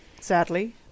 sadly